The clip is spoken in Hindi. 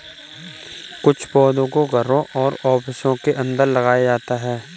कुछ पौधों को घरों और ऑफिसों के अंदर लगाया जाता है